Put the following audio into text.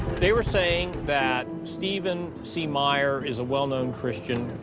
they were saying that stephen c. meyer is a well-known christian,